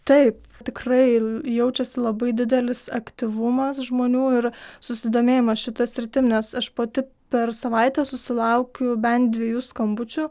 taip tikrai jaučiasi labai didelis aktyvumas žmonių ir susidomėjimas šita sritim nes aš pati per savaitę susilaukiu bent dviejų skambučių